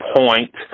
point